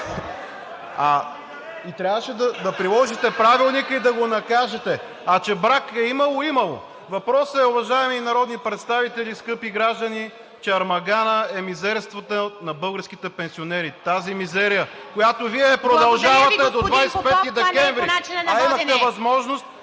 Трябваше да приложите Правилника и да го накажете. А че брак е имало, имало е. Въпросът е, уважаеми народни представители, скъпи граждани, че армаганът е мизерствата на българските пенсионери. Тази мизерия, която Вие я продължавате до… ПРЕДСЕДАТЕЛ ИВА